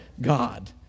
God